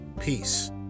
peace